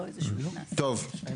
טוב.